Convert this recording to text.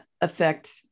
affect